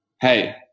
hey